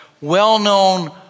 well-known